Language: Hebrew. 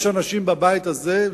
יש אנשים בבית הזה,